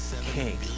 king